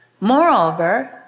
Moreover